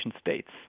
states